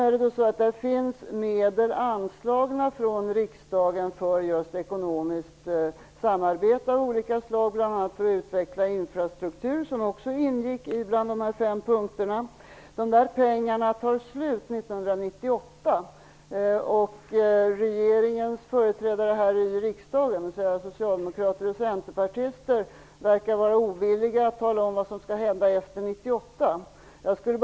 Riksdagen har anslagit medel för just ekonomiskt samarbete av olika slag, bl.a. för att utveckla infrastruktur. Även detta ingick i de fem punkterna. Dessa pengar tar slut 1998. Regeringens företrädare i riksdagen, dvs. socialdemokrater och centerpartister, verkar vara ovilliga att tala om vad som skall hända efter 1998.